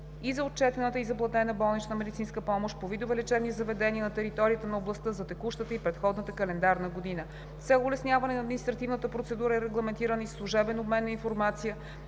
и за отчетената и заплатена болнична медицинска помощ по видове и лечебни заведения на територията на областта за текущата и предходната календарна година. С цел улесняване на административната процедура е регламентиран и служебен обмен на информация,